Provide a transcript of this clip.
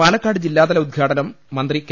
പാലക്കാട് ജില്ലാതല ഉദ്ഘാടനം മന്ത്രി കെ